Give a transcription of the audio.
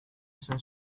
esan